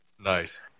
Nice